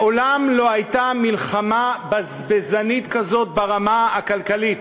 מעולם לא הייתה מלחמה בזבזנית כזאת ברמה הכלכלית: